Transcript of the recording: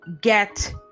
get